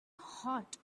hot